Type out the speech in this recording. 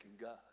God